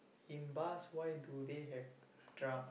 in bars why do they have draft